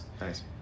Nice